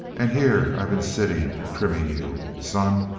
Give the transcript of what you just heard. and here i been sitting, trimming you! son,